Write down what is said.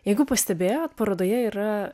jeigu pastebėjot parodoje yra